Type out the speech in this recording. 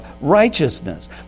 righteousness